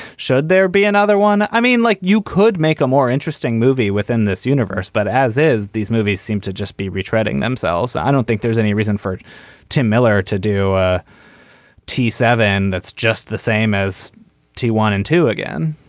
should there be another one. i mean like you could make a more interesting movie within this universe. but as is. these movies seem to just be retreating themselves. i don't think there's any reason for tim miller to do a t seven point that's just the same as two one and two again